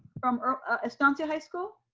from estancia high school.